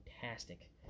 fantastic